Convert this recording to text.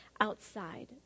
outside